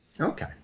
Okay